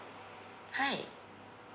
hi